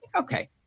Okay